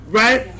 right